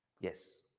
Yes